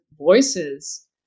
voices